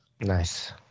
Nice